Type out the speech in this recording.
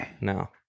no